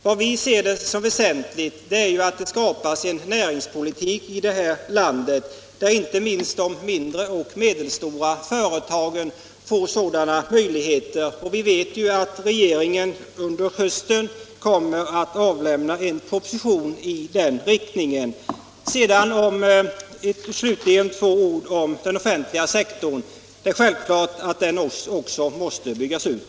Vad vi i det sammanhanget ser som väsentligt är att det skapas en näringspolitik i det här landet som ger inte minst de mindre och medelstora företagen möjligheter att medverka till att denna målsättning uppnås, och vi vet att regeringen under hösten kommer att avlämna en proposition i den riktningen. Slutligen några ord om den offentliga sektorn: Det är självklart att också den måste byggas ut.